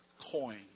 coin